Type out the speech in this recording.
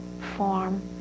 form